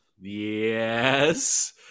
Yes